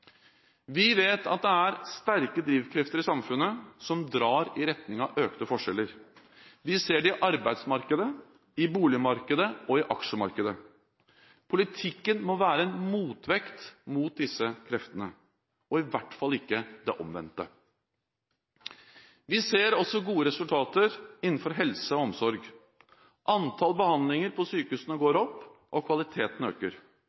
Vi vet at det er sterke drivkrefter i samfunnet som drar i retning av økte forskjeller. Vi ser det i arbeidsmarkedet, i boligmarkedet og i aksjemarkedet. Politikken må være en motvekt mot disse kreftene – og i hvert fall ikke det omvendte. Vi ser også gode resultater innenfor helse og omsorg. Antall behandlinger på sykehusene går opp, og kvaliteten øker.